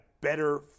better